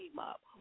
up